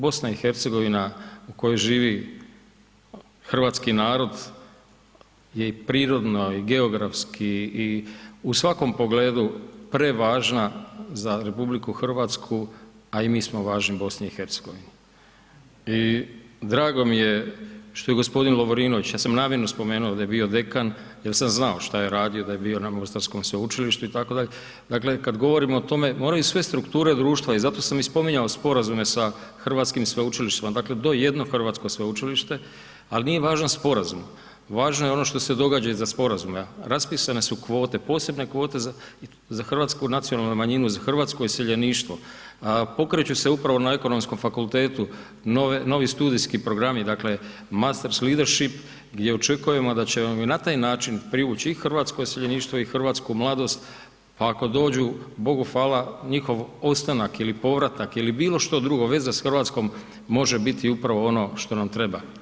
BiH u kojoj živi hrvatski narod je i prirodno i geografski i u svakom pogledu prevažna za RH, a i mi smo važni BiH i drago mi je što je g. Lovrinović, ja sam namjerno spomenuo da je bio dekan jer sam znao šta je radio, da je bio na mostarskom sveučilištu itd., dakle, kad govorimo o tome, moraju sve strukture društva i zato sam i spominjao sporazume sa hrvatskim sveučilištima, dakle, do jedno hrvatsko sveučilište, al nije važan sporazum, važno je ono što se događa iza sporazuma, raspisane su kvote, posebne kvote za hrvatsku nacionalnu manjinu, za hrvatsko iseljeništvo, pokreću se upravo na Ekonomskom fakultetu novi studijski programi, dakle, Masters leadership, gdje očekujemo da ćemo i na taj način privuć i hrvatsko iseljeništvo i hrvatsku mladost, pa ako dođu Bogu hvala, njihov ostanak ili povratak ili bilo što drugo, veza s RH može biti upravo ono što nam treba.